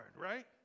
right